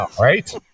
Right